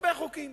הרבה חוקים